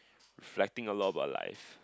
reflecting a lot about life